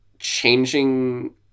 changing